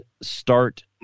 start